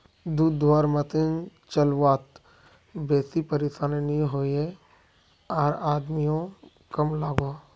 दूध धुआर मसिन चलवात बेसी परेशानी नि होइयेह आर आदमियों कम लागोहो